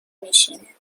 میشینه